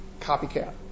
copycat